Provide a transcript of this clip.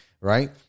right